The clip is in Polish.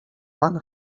pan